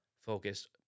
focused